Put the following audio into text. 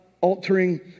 altering